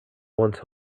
once